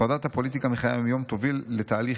הפרדת הפוליטיקה מחיי היום-יום תוביל לתהליך